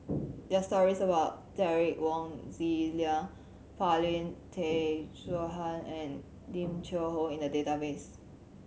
there are stories about Derek Wong Zi Liang Paulin Tay Straughan and Lim Cheng Hoe in the database